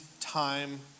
time